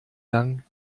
gang